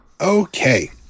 Okay